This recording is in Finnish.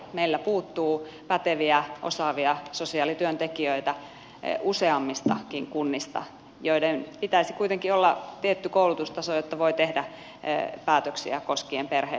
meiltä puuttuu useammistakin kunnista päteviä osaavia sosiaalityöntekijöitä joilla pitäisi kuitenkin olla tietty koulutustaso jotta voi tehdä päätöksiä koskien perheiden arkea